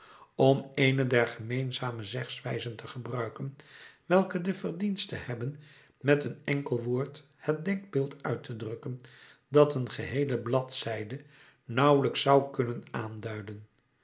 om eene der gemeenzame zegswijzen te gebruiken welke de verdienste hebben met een enkel woord het denkbeeld uit te drukken dat een geheele bladzijde nauwelijks zou kunnen aanduiden